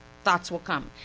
thoughts will come.